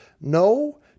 No